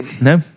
No